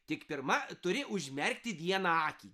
tik pirma turi užmerkti vieną akį